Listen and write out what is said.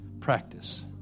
practice